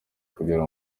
kugira